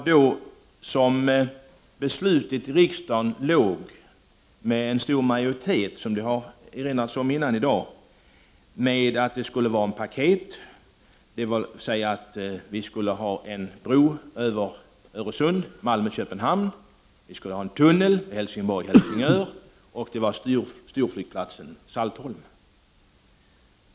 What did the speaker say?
Då togs i riksdagen ett beslut med stor majoritet om att vi skulle ha ett paket, dvs. en bro över Öresund mellan Malmö och Köpenhamn, en tunnel mellan Helsingborg och Helsingör och en storflygplats på Saltholm.